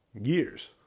Years